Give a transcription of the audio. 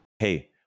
Hey